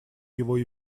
его